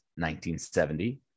1970